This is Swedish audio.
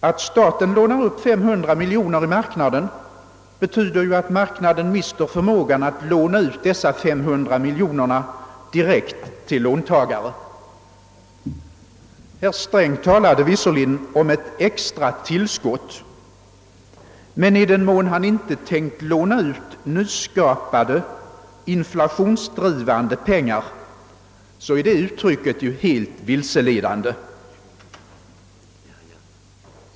Att staten lånar upp 500 miljoner kronor i marknaden betyder att marknaden mister förmågan att låna ut dessa 500 miljoner direkt till låntagare. Herr Sträng talade visserligen om ett extra tillskott, men i den mån han inte tänkt låna ut nyskapade, inflationsdrivande pengar, är ju det uttrycket helt vilseledande.